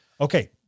Okay